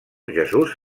jesús